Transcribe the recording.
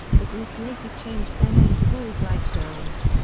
the group later changed their name to boys like girls.